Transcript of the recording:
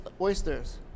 oysters